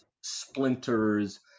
splinters